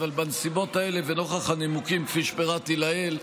אבל בנסיבות האלה ונוכח הנימוקים כפי שפירטתי לעיל,